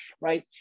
right